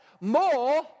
More